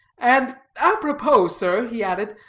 and apropos, sir, he added,